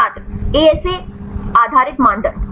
छात्र एएसए आधारित मानदंड